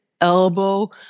elbow